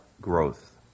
growth